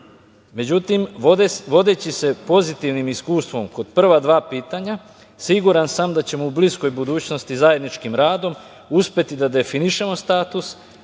godina.Međutim, vodeći se pozitivnim iskustvom kod prva dva pitanja, siguran sam da ćemo u bliskoj budućnosti zajedničkim radom uspeti da definišemo status